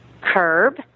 curb